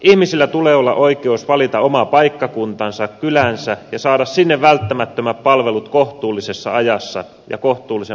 ihmisillä tulee olla oikeus valita oma paikkakuntansa kylänsä ja saada sinne välttämättömät palvelut kohtuullisessa ajassa ja kohtuullisen matkan päähän